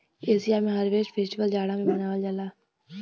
Asia में harvest festival जाड़ा में मनावल जाला